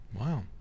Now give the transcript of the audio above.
wow